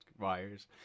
wires